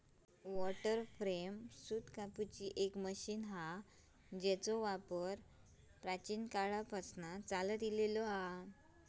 water frame सूत कातूची एक मशीन हा जेचो वापर प्राचीन काळापासना चालता हा